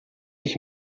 ich